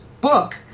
book